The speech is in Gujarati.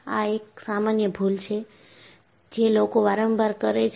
આ એક સામાન્ય ભૂલ છે જે લોકો વાંરવાર કરે છે